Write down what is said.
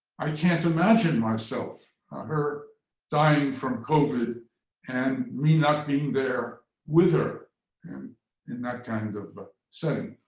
i can't imagine myself her dying from covid and me not being there with her and in that kind of a setting.